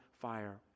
fire